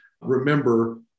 remember